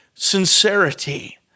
sincerity